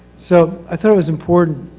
so i thought it was important